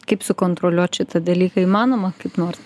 kaip sukontroliuot šitą dalyką įmanoma kaip nors